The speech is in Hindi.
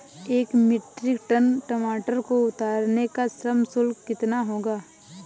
एक मीट्रिक टन टमाटर को उतारने का श्रम शुल्क कितना होगा?